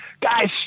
guys